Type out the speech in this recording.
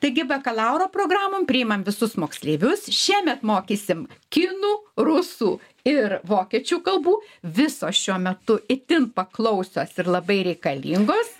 taigi bakalauro programom priimam visus moksleivius šiemet mokysim kinų rusų ir vokiečių kalbų visos šiuo metu itin paklausios ir labai reikalingos